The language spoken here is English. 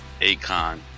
Akon